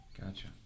Gotcha